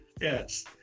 Yes